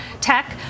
tech